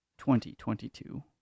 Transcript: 2022